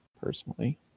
personally